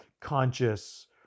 conscious